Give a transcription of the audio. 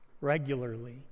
regularly